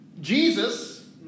Jesus